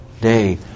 day